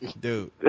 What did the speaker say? Dude